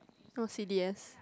no c_d_s